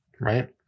Right